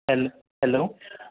hello hello